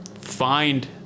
find